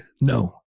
No